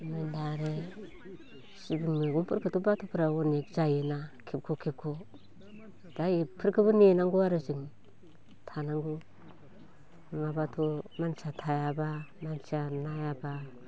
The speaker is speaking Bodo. दा आरो सिब्रु मैगंफोरखौथ' बाथ'फ्रा अनेख जायोना खेबख' खेबख' बाहाय एफोरखौबो नेनांगौ आरो जों थानांगौ नङाब्लाथ' मानसिया थायाब्ला मानसिया नायाब्ला